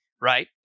right